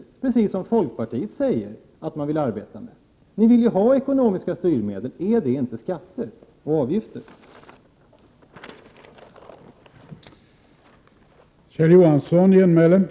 Detta är precis vad folkpartiet säger sig vilja arbeta med. Ni vill ju ha ekonomiska styrmedel. Är inte skatter och avgifter sådana?